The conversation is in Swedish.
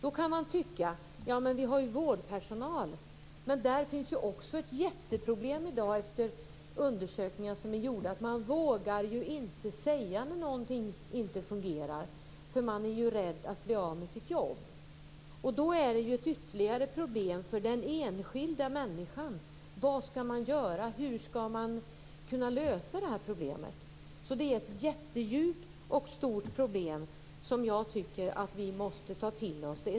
Man kan tycka att det finns vårdpersonal. Men undersökningar som gjorts visar att det i dag finns ett jätteproblem där. Personalen vågar inte säga till när någonting inte fungerar, för den är rädd att bli av med sitt jobb. Att klara den sitiuationen är ytterligare ett problem för den enskilda människan. Det är ett jättedjupt och stort problem som jag tycker att vi måste ta till oss.